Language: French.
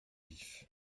vif